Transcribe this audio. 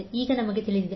ಎಂದು ಈಗ ನಮಗೆ ತಿಳಿದಿದೆ